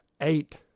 eight